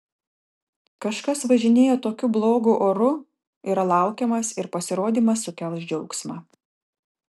kažkas važinėja tokiu blogu oru yra laukiamas ir pasirodymas sukels džiaugsmą